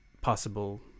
possible